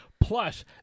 Plus